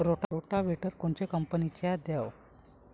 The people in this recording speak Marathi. रोटावेटर कोनच्या कंपनीचं घ्यावं?